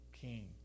king